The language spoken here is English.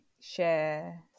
share